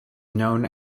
known